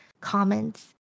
comments